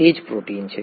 તે જ પ્રોટીન છે